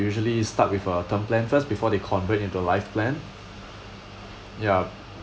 usually start with a term plan first before they convert into life plan ya